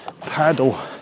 paddle